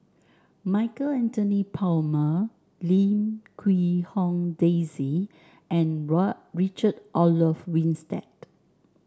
Michael Anthony Palmer Lim Quee Hong Daisy and Richard Olaf Winstedt